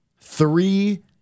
three